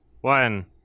one